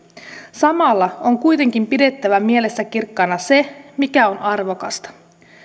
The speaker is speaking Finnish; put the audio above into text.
samalla on kuitenkin pidettävä mielessä kirkkaana se mikä on arvokasta